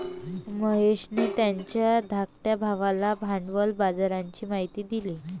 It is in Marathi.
महेशने त्याच्या धाकट्या भावाला भांडवल बाजाराची माहिती दिली